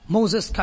Moses